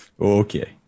Okay